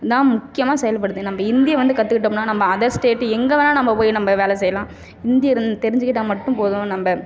தான் முக்கியமாக செயல்படுது நம்ம ஹிந்தியை வந்து கற்றுக்கிட்டோம்னா நம்ம அதர் ஸ்டேட்டு எங்கே வேணாலும் நம்ம போய் நம்ம வேலை செய்யலாம் ஹிந்தியை தெரிஞ்சிக்கிட்டால் மட்டும் போதும் நம்ம